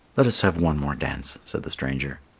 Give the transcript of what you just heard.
let us have one more dance, said the stranger.